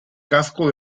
casco